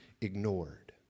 ignored